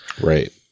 Right